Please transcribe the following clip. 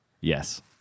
Yes